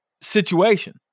situation